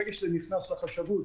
ברגע שזה נכנס לחשבות,